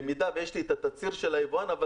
במידה ויש לי את התצהיר של היבואן אבל